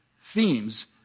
themes